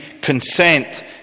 consent